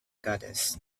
goddess